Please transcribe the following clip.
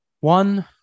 One